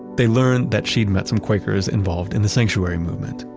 they learned that she'd met some quakers involved in the sanctuary movement.